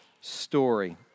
story